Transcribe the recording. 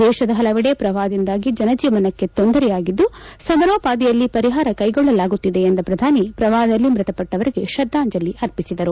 ದೇಶದ ಪಲವೆಡೆ ಪ್ರವಾಪದಿಂದಾಗಿ ಜನಜೀವನಕ್ಕೆ ಕೊಂದರೆಯಾಗಿದ್ದು ಸಮಾರೋಪಾದಿಯಲ್ಲಿ ಪರಿಹಾರ ಕೈಗೊಳ್ಳಲಾಗುತ್ತಿದೆ ಎಂದ ಪ್ರಧಾನಿ ಪ್ರವಾಹದಲ್ಲಿ ಮೃತಪಟ್ಟವರಿಗೆ ಶ್ರದ್ಧಾಂಜಲಿ ಅರ್ಪಿಸಿದರು